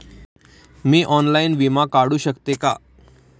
मी online विमा काढू शकते का?